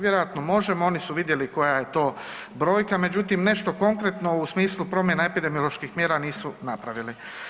Vjerojatno možemo, oni su vidjeli koja je to brojka, međutim nešto konkretno u smislu promjene epidemioloških mjera nisu napravili.